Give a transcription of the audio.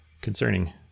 Concerning